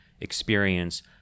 experience